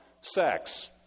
sex